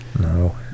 no